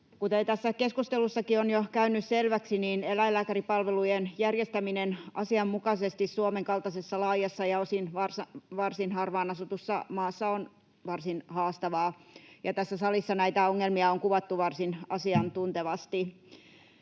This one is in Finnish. Kuten tässä keskustelussakin on jo käynyt selväksi, eläinlääkäripalvelujen järjestäminen asianmukaisesti Suomen kaltaisessa laajassa ja osin varsin harvaan asutussa maassa on varsin haastavaa, ja tässä salissa näitä ongelmia on kuvattu varsin asiantuntevasti.